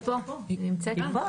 היא פה, היא נמצאת.